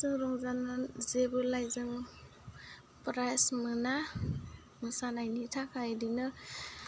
जों रंजानानै जेबोला जों प्राइज मोना मोसानायनि थाखाय बिदिनो